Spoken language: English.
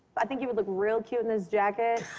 i think you would look real cute in this jacket.